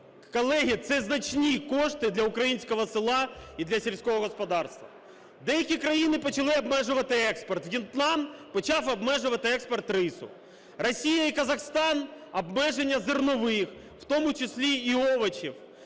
Колеги, це значні кошти для українського села і для сільського господарства. Деякі країни почали обмежувати експорт, В'єтнам почав обмежувати експорт рису, Росія і Казахстан - обмеження зернових, в тому числі і овочів.